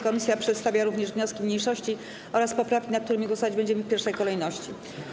Komisja przedstawia również wnioski mniejszości oraz poprawki, nad którymi głosować będziemy w pierwszej kolejności.